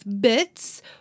Bits